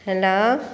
hello